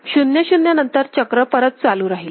0 0 नंतर चक्र परत चालू राहील